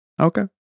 okay